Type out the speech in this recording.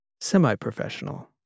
Semi-professional